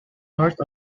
north